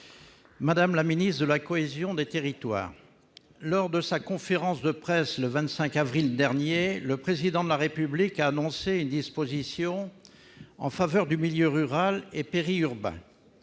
Madame la ministre de la cohésion des territoires, lors de sa conférence de presse du 25 avril dernier, le Président de la République a annoncé une disposition en faveur des milieux rural et périurbain,